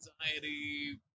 anxiety